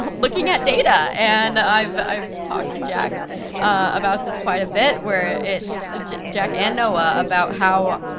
looking at data. and i've i've talked to jack about this quite a bit, where it's, jack and noah about how,